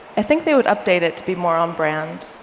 i think they would update it to be more on brand,